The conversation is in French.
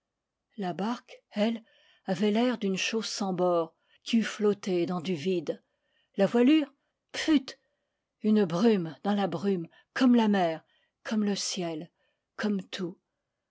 la barque elle avait l'air d'une chose sans bords qui eût flotté dans du vide la voilure pfutt une brume dans la brume comme la mer comme le ciel comme tout